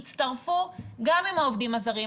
יצטרפו גם עם העובדים הזרים.